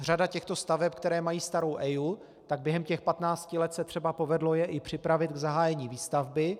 Řada těchto staveb, které mají starou EIA, tak během patnácti let se třeba povedlo je i připravit k zahájení výstavby.